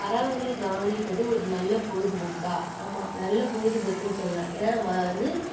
பறவைகளை கவனிப்பது ஒரு நல்ல பொழுதுபோக்கா ஆமாம் நல்ல பொழுதுபோக்குன்னு சொல்லலாம் ஏன்னா நம்ம வந்து